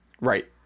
Right